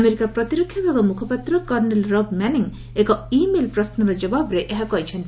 America ପ୍ରତିରକ୍ଷା ବିଭାଗ ମୁଖପାତ୍ର କର୍ଷେଲ୍ ରବ୍ ମ୍ୟାନିଂ ଏକ ଇ ମେଲ୍ ପ୍ରଶ୍ନର ଜବାବ୍ରେ ଏହା କହିଛନ୍ତି